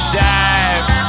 dive